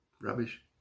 rubbish